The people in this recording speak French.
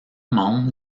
membre